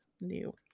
new